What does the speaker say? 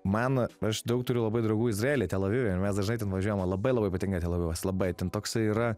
man aš daug turiu labai draugų izraely tel avive ir mes dažnai ten važiuojam man labai labai patinka tel avivas labai ten toksai yra